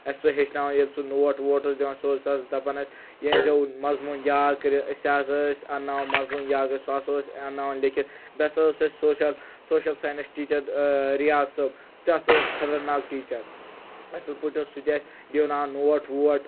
سُہ ہیٚچھناوان ییٚلہِ سُہ نوٹ اوس دِوان سُہ اوس حظ دَپان اسہِ یہِ أنۍ زیو مضموٗن یاد کٔرِتھ أسۍ حظ ٲسۍ انناوان مضموٗن یاد کٔرِتھ سُہ ہَسا اوس اناوان لیٚکھتھ بیٚیہِ ہَسا اوس اسہِ social social science teacher Riyaz صٲب سُہ تہِ ہَسا اوس خطرناک ٹیٖچر اصل پٲٹھۍ اوس سُہ تہِ اسہِ دِوناوان نوٹ ووٹ